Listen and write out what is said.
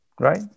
Right